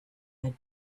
had